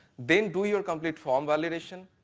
then do your complete form validation,